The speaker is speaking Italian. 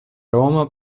roma